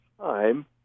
time